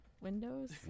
Windows